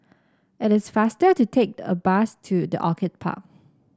it is faster to take the a bus to the Orchid Park